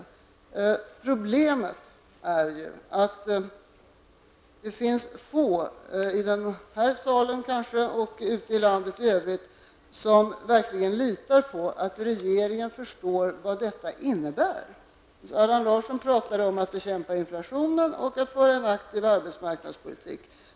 Ett problem är att få i denna sal och få ute i landet verkligen litar på att regeringen förstår vad detta innebär. Allan Larsson talade om att bekämpa inflationen och om behovet av att föra en aktiv arbetsmarknadspolitik.